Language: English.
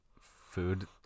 food